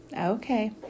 Okay